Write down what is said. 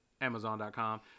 Amazon.com